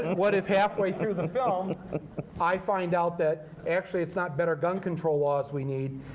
what if halfway through the film i find out that actually it's not better gun control laws we need,